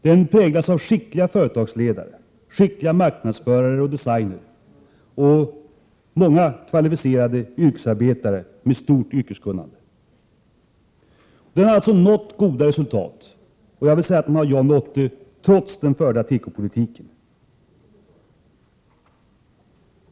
Den präglas av skickliga företagsledare, skickliga marknadsförare och designer samt många kvalificerade yrkesarbetare med stort kunnande. Den har nått goda resultat, trots den förda tekopolitiken.